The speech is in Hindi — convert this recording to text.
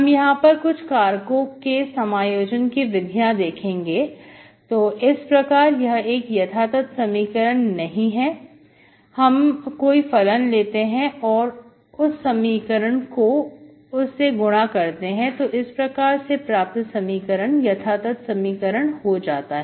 हम यहां पर कुछ कारकों के समायोजन की विधि देखेंगे तो इस प्रकार यह एक यथातथ समीकरण नहीं है हम कोई फलन लेते हैं और समीकरण को उस से गुणा करते हैं तो इस प्रकार से प्राप्त समीकरण यथातथ समीकरण हो जाता है